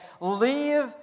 leave